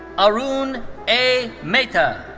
arun a. mehta.